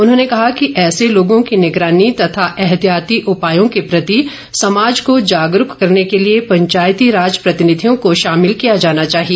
उन्होंने कहा कि ऐसे लोगों की निगरानी तथा एहतियाती उपायों के प्रति समाज को जागरूक करने के लिए पंचायती राज प्रतिनिधियों को शामिल किया जाना चाहिए